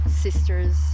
sisters